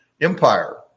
empire